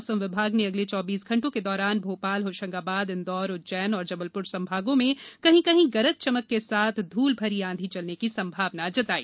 मौसम विभाग ने अगले चौबीस घंटों के दौरान भोपाल होशंगाबाद इंदौर उज्जैन और जबलपुर संभागों में कहीं कहीं गरज चमक के साथ धूल भरी आंधी चलने की संभावना जताई